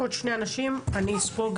עוד שני אנשים אני אספוג,